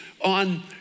on